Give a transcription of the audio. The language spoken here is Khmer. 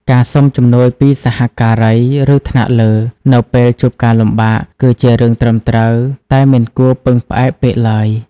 ការសុំជំនួយពីសហការី ឬថ្នាក់លើ នៅពេលជួបការលំបាក គឺជារឿងត្រឹមត្រូវ តែមិនគួរពឹងផ្អែកពេកឡើយ។